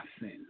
sin